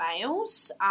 males